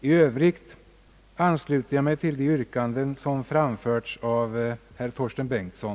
I övrigt ansluter jag mig till de yrkanden som framförts av herr Torsten Bengtson.